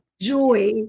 joy